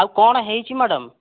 ଆଉ କ'ଣ ହେଇଛି ମ୍ୟାଡ଼ାମ୍